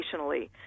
operationally